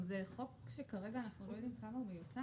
זהו גם חוק שאנחנו לא יודעים כרגע עד כמה הוא מיושם.